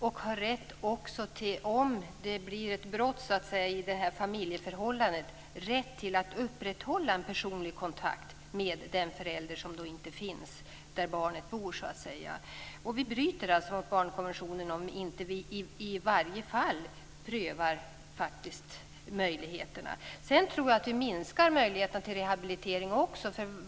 Om det blir ett avbrott i familjeförhållandet har barnet rätt att upprätthålla en personlig kontakt med den förälder som inte finns där barnet bor. Vi bryter mot barnkonventionen om vi inte i varje fall prövar möjligheterna. Jag tror också att vi minskar möjligheten till rehabilitering.